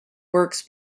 works